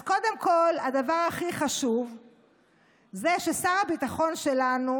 אז קודם כול, הדבר הכי חשוב זה ששר הביטחון שלנו,